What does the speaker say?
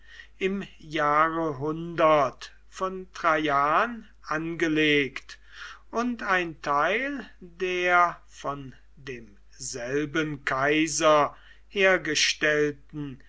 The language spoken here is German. im jahre von traian angelegt und ein teil der von demselben kaiser hergestellten